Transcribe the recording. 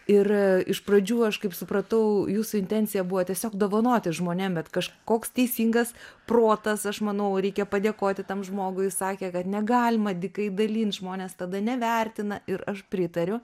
ir iš pradžių aš kaip supratau jūsų intencija buvo tiesiog dovanoti žmonėm bet kažkoks teisingas protas aš manau reikia padėkoti tam žmogui sakė kad negalima dykai dalint žmonės tada nevertina ir aš pritariu